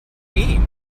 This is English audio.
mean